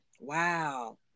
Wow